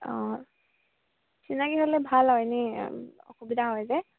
অঁ চিনাকি হ'লে ভাল আৰু এনে অসুবিধা হয় যে